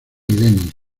dennis